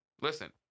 Listen